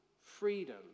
freedom